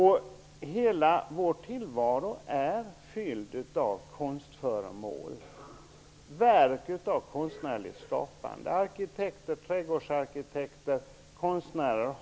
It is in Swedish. Hela vår tillvaro är fylld av verk av konstnärligt skapande av arkitekter, trädgårdsarkitekter och konstnärer.